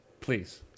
Please